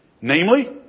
namely